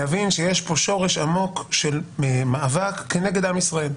להבין שיש פה שורש עמוק של מאבק כנגד עם ישראל.